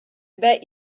bet